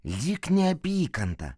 lyg neapykantą